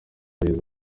yagize